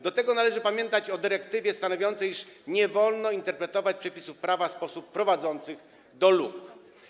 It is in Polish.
Do tego należy pamiętać o dyrektywie stanowiącej, iż nie wolno interpretować przepisów prawa w sposób prowadzący do luk.